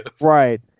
Right